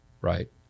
right